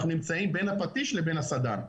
אנחנו נמצאים בין הפטיש לבין הסדן.